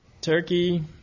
Turkey